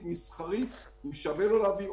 המשכי, שהוא מוגבל.